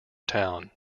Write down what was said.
town